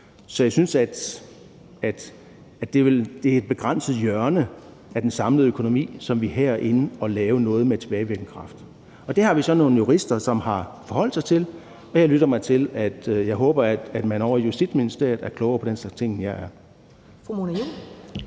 Så jeg synes, at det er et begrænset hjørne af den samlede økonomi, som vi her er inde at lave noget i med tilbagevirkende kraft. Det har vi så nogle jurister som har forholdt sig til, og jeg lytter mig til og jeg håber, at man ovre i Justitsministeriet er klogere på den slags ting, end jeg er.